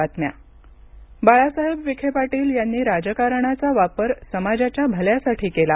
पंतप्रधान विखे बाळासाहेब विखे पाटील यांनी राजकारणाचा वापर समाजाच्या भल्यासाठी केला